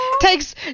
takes